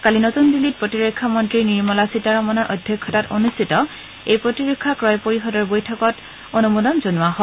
কালি নতুন দিল্লীত প্ৰতিৰক্ষা মন্ত্ৰী নিৰ্মলা সীতাৰমণৰ অধ্যক্ষতাত অনুষ্ঠিত এই প্ৰতিৰক্ষা ক্ৰয় পৰিষদৰ বৈঠকত এই অনুমোদন জনোৱা হয়